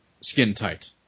skin-tight